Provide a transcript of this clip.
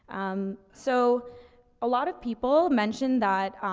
um, so a lot of people mentioned that, um,